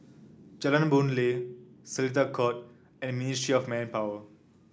Jalan Boon Lay Seletar Court and Ministry of Manpower